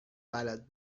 بلد